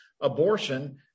abortion